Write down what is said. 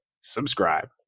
subscribe